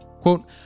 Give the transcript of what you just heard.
Quote